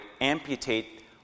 amputate